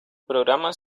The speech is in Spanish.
programa